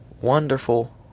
wonderful